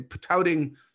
touting